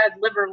liver